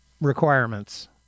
requirements